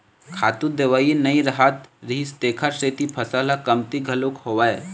खातू दवई नइ रहत रिहिस तेखर सेती फसल ह कमती घलोक होवय